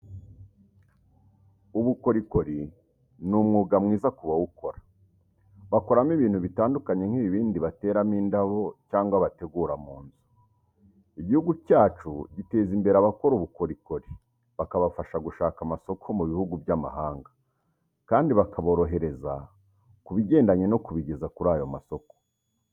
ubukorikori ni umwuga mwiza ku bawukora, bakoramo ibintu bitandukanye nk'ibibindi bateramo indabo cyangwa bategura mu nzu. Igihugu cyacu giteza imbere abakora ubukorikori bakabafasha gushaka amasoko mu bihugu by'amahanga kandi bakaborohereza kubigendanye no kubigeza kuri ayo masoko.